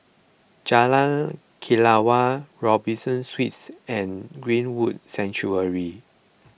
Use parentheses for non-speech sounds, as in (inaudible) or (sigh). Jalan Kelawar Robinson Suites and Greenwood (unintelligible)